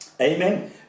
Amen